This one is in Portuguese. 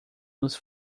nos